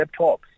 laptops